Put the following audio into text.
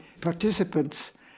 participants